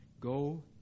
go